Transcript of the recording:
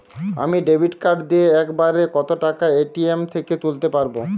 আমি debit card দিয়ে এক বারে কত টাকা এ.টি.এম থেকে তুলতে পারবো?